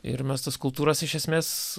ir mes tas kultūras iš esmės